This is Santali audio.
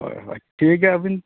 ᱦᱳᱭ ᱦᱳᱭ ᱴᱷᱤᱠ ᱜᱮᱭᱟ ᱟᱹᱵᱤᱱ